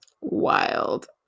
Wild